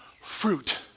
Fruit